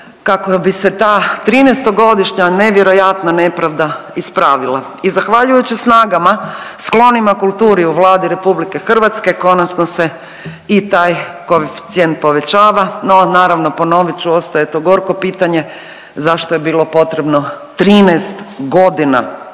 kako bi se ta trinaestogodišnja nevjerojatna nepravda ispravila. I zahvaljujući snagama sklonima kulturi u Vladi Republike Hrvatske konačno se i taj koeficijent povećava, no naravno ponovit ću ostaje to gorko pitanje zašto je bilo potrebno 13 godina